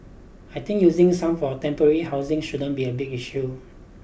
I think using some for temporary housing shouldn't be a big issue